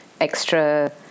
extra